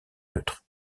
neutre